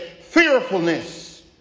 fearfulness